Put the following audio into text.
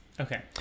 Okay